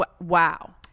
wow